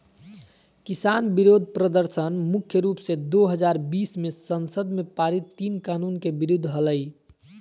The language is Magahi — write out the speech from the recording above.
किसान विरोध प्रदर्शन मुख्य रूप से दो हजार बीस मे संसद में पारित तीन कानून के विरुद्ध हलई